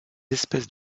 espèces